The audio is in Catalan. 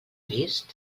vist